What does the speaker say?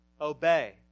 obey